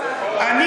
"אני